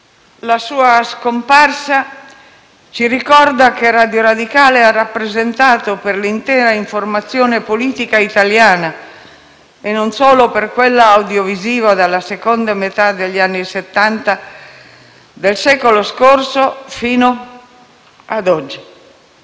La sua scomparsa ci ricorda quanto Radio Radicale ha rappresentato per l'intera informazione politica italiana, e non solo per quella audiovisiva, dalla seconda metà degli anni Settanta del secolo scorso fino ad oggi.